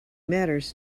matters